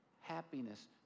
happiness